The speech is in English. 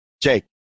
Jake